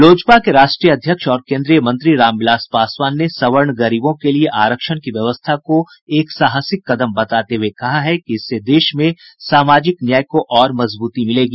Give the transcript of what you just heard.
लोजपा के राष्ट्रीय अध्यक्ष और केन्द्रीय मंत्री रामविलास पासवान ने सवर्ण गरीबों के लिये आरक्षण की व्यवस्था को एक साहसिक कदम बताते हुए कहा है कि इससे देश में सामाजिक न्याय की अवधारणा और मजबूत होगी